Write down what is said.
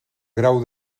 grau